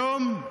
היום,